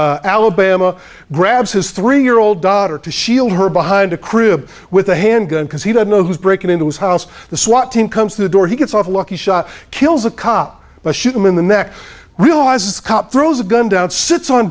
alabama grabs his three year old daughter to shield her behind a crib with a handgun because he doesn't know who's breaking into his house the swat team comes to the door he gets off lucky shot kills a cop but shoot him in the neck realizes cop throws a gun down sits on